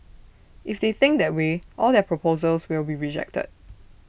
if they think that way all their proposals will be rejected